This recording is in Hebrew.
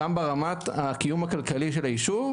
גם ברמת הקיום הכלכלי של היישוב,